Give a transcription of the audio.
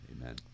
Amen